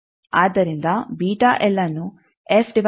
ಆದ್ದರಿಂದ ಅನ್ನು ಎಂದು ವ್ಯಕ್ತಪಡಿಸಬಹುದು